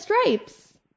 stripes